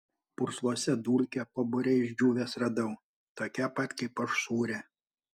pursluose dulkę po bure išdžiūvęs radau tokią pat kaip aš sūrią